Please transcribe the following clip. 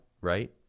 right